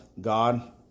God